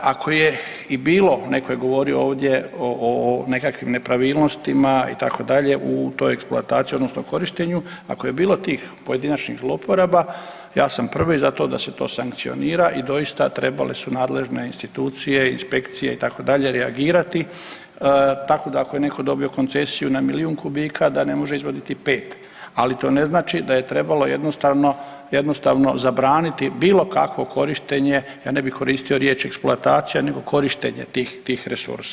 Ako je i bilo, neko je govorio ovdje o nekakvim nepravilnostima itd. u toj eksploataciji odnosno korištenju ako je bilo tih pojedinačnih loporaba ja sam prvi za to da se to sankcionira i doista trebale su nadležne institucije, inspekcije itd., reagirati tako da ako je netko dobio koncesiju na milijun kubika da ne može izvaditi 5, ali to ne znači da je trebalo jednostavno, jednostavno zabraniti bilo kakvo korištenje, ja ne bi koristio riječ eksploatacija nego korištenje tih, tih resursa.